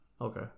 Okay